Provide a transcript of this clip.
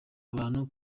abantu